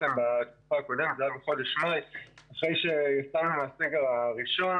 זה היה אחרי שיצאנו מהסגר הראשון.